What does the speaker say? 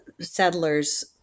Settlers